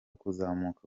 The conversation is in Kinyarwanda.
kuzamuka